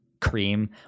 cream